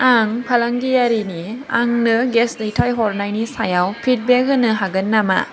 आं फालांगियारिनि आंनो गेस दैथायहरनायनि सायाव फिडबेक होनो हागोन नामा